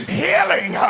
healing